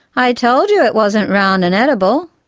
i told you it wasn't round and edible.